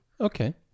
okay